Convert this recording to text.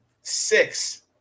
six